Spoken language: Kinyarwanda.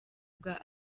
bwa